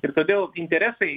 ir todėl interesai